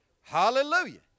Hallelujah